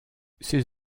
ses